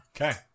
okay